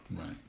Right